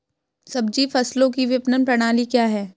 सब्जी फसलों की विपणन प्रणाली क्या है?